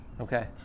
Okay